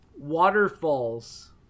Waterfalls